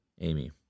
Amy